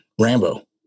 Rambo